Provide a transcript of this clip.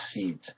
seeds